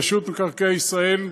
רשות מקרקעי ישראל,